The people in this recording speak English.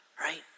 right